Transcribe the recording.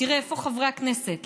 תראה, איפה חברי הכנסת?